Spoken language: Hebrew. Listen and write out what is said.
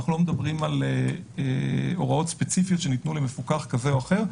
ואנחנו לא מדברים על הוראות ספציפיות שניתנו למפוקח כזה או אחר.